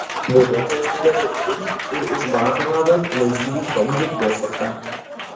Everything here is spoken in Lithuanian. vairuotojas nubėgo vidun ir už baro rado leisgyvį henrį bofortą